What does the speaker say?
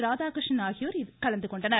ராதாகிருஷ்ணன் ஆகியோர் கலந்துகொண்டனர்